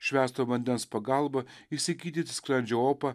švęsto vandens pagalba išsigydyti skrandžio opą